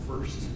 first